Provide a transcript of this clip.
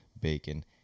bacon